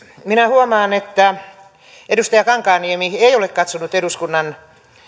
minä huomaan että edustaja kankaanniemi ei ole katsonut eduskunnan